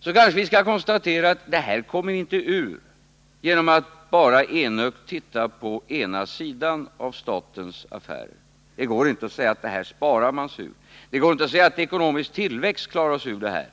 så kanske vi skall konstatera att den här situationen kommer vi inte ur genom att enögt bara titta på ena sidan av statens affärer. Det går inte att säga att det här sparar vi oss ur, det går inte att säga att ekonomisk tillväxt klarar oss ur det här.